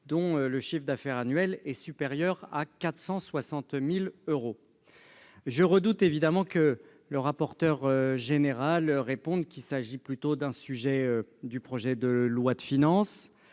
dont le chiffre d'affaires annuel est supérieur à 460 000 euros. Je redoute, évidemment, que le rapporteur général ne réponde qu'il s'agit plutôt d'un débat de projet de loi de finances